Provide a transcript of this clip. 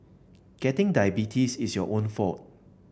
getting diabetes is your own fault